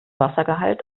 wassergehalt